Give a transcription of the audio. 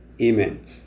Amen